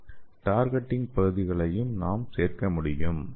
target டிங் பகுதிகளையும் நாம் சேர்க்க முடியும்